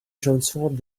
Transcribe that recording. transformed